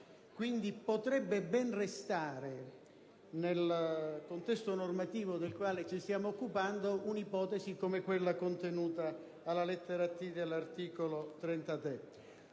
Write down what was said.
quindi potrebbe ben restare, nel contesto normativo del quale ci stiamo occupando, un'ipotesi come quella contenuta alla lettera *t)*, comma 1, dell'articolo 33.